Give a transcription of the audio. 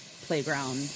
playground